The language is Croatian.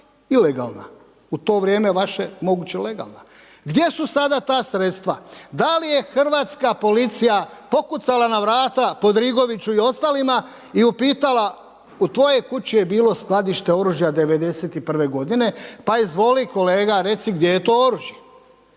ilegalna u to vrijeme vaše moguće legalno? Gdje su sada ta sredstva? Da li je hrvatska policija pokušala na vrata Podrigoviću i ostalima i upitala: „U tvojoj kući je bilo skladište oružja 91. godine, pa izvoli kolega reci gdje je to oružje.“?